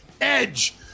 EDGE